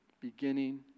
beginning